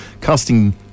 casting